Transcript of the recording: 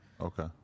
Okay